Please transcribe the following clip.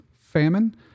famine